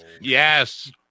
Yes